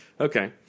Okay